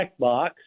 checkbox